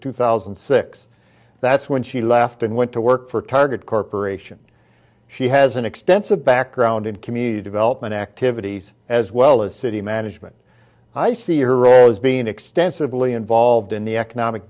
two thousand and six that's when she left and went to work for target corp she has an extensive background in commute development activities as well as city management i see her role as being extensively involved in the economic